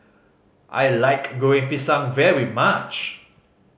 I like Goreng Pisang very much